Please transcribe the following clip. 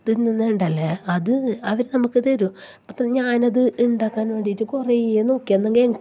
തിന്നുന്നുണ്ടല്ലോ അത് അവർ നമുക്ക് തരും അപ്പോൾ തന്നെ ഞാൻ അത് ഉണ്ടാക്കാന് വേണ്ടിയിട്ട് കുറേ നോക്കി അന്നെങ്കിൽ